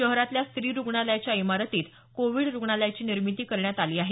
शहरातल्या स्त्री रुग्णालयाच्या इमारतीत कोविड रुग्णालयाची निर्मिती करण्यात आली आहे